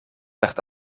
werd